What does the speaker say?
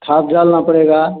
खाद डालना पड़ेगा